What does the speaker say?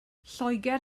lloegr